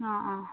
ആ ആ